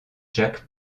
jack